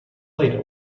later